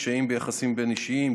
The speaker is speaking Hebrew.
קשיים ביחסים בין-אישיים,